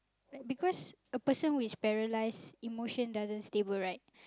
because a person who is paralysed emotion doesn't stable right